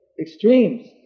extremes